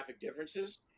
differences